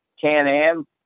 Can-Am